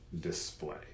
display